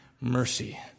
mercy